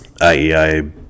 IEI